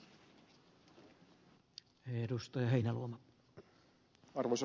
arvoisa puhemies